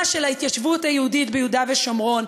של ההתיישבות היהודית ביהודה ושומרון,